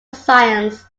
science